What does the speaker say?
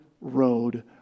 road